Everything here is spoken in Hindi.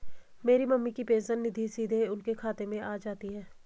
मेरी मम्मी की पेंशन निधि सीधे उनके खाते में आ जाती है